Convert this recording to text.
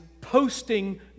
posting